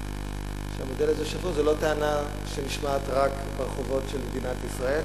זה לא טענה שנשמעת רק ברחובות של מדינת ישראל,